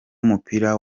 w’umupira